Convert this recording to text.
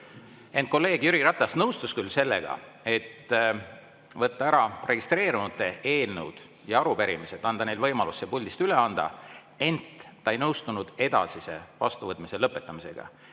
Kolleeg Jüri Ratas nõustus küll sellega, et võtta [vastu] registreerunute eelnõud ja arupärimised, anda neile võimalus need siit puldist üle anda, ent ta ei nõustunud edasise vastuvõtmise lõpetamisega.